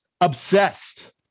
obsessed